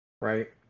right